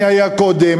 מי היה קודם.